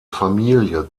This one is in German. familie